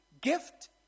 gift